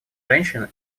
женщин